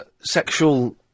sexual